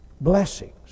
blessings